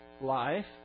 life